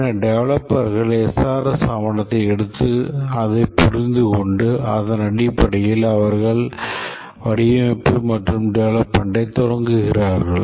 பின்னர் டெவலப்பர்கள் SRS ஆவணத்தை எடுத்து அதைப் புரிந்துகொண்டு அதன் அடிப்படையில் அவர்களின் வடிவமைப்பு மற்றும் டெவெலப்மென்டை தொடங்குகிறார்கள்